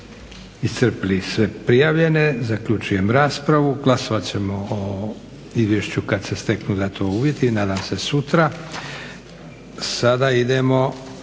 iscrpili sve prijavljene. Zaključujem raspravu. Glasovat ćemo o izvješću kada se steknu za to uvjeti. **Leko,